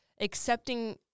accepting